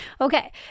Okay